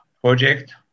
project